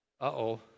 Uh-oh